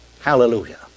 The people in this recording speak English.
Hallelujah